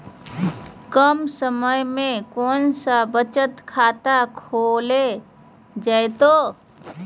कम समय में कौन बचत खाता खोले जयते?